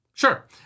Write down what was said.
Sure